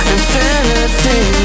Infinity